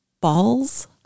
balls